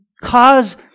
cause